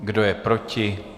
Kdo je proti?